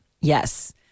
Yes